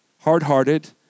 hard-hearted